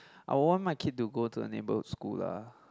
I would want my kid to go to a neighbourhood school lah